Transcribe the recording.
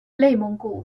内蒙古